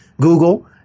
Google